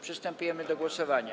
Przystępujemy do głosowania.